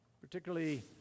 Particularly